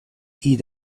eat